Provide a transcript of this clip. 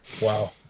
Wow